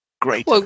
great